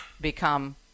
become